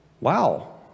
Wow